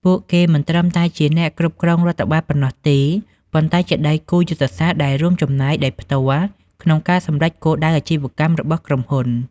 ពួកគេមិនត្រឹមតែជាអ្នកគ្រប់គ្រងរដ្ឋបាលប៉ុណ្ណោះទេ ប៉ុន្តែជាដៃគូយុទ្ធសាស្ត្រដែលចូលរួមចំណែកដោយផ្ទាល់ក្នុងការសម្រេចគោលដៅអាជីវកម្មរបស់ក្រុមហ៊ុន។